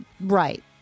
Right